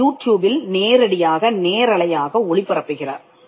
அதை யூடியூபில் நேரடியாக நேரலையாக ஒளி பரப்புகிறார்